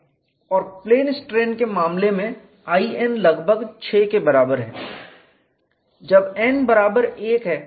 और plane strain के मामले में In लगभग 6 के बराबर है जब n बराबर 1 है